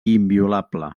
inviolable